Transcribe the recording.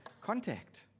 contact